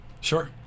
Sure